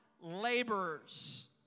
laborers